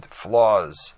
flaws